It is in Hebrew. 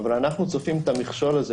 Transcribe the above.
אבל אנחנו צופים את המכשול הזה,